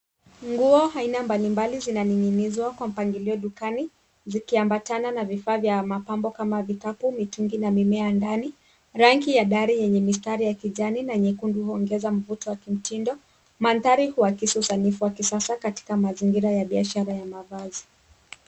Nguo aina mbalimbali zinaning'inizwa kwa mpangilio dukani zikiambatana na vifaa vya mapambo kama vikapu, mitungi na mimea ndani. Rangi ya dari yenye mistari ya kijani na nyekundu huongeza mvuto wakimtindo. Mandhari huakisi sanifu wa kisasa katika mazingira ya biashara ya mavazi.